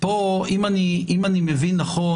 אם אני מבין נכון,